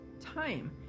time